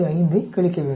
5 ஐக் கழிக்க வேண்டும்